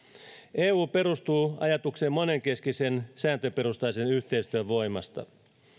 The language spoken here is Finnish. eu perustuu ajatukseen monenkeskisen sääntöperustaisen yhteistyön voimasta